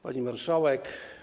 Pani Marszałek!